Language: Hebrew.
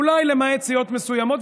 אולי למעט סיעות מסוימות,